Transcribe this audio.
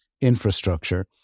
infrastructure